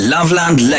Loveland